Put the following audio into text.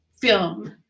film